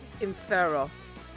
inferos